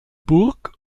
burg